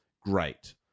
great